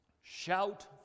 Shout